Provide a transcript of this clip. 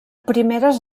primeres